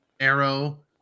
Arrow